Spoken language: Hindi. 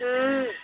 हम्म